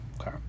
Okay